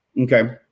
Okay